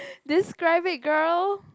describe it girl